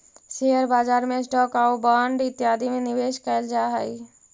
share बाजार में stock आउ बांड इत्यादि में निवेश कैल जा हई